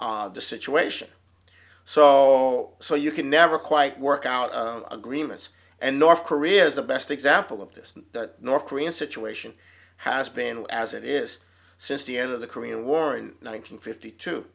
inflame the situation so so you can never quite work out agreements and north korea is the best example of this north korean situation has been as it is since the end of the korean war in one thousand fifty two